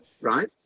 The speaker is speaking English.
Right